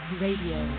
radio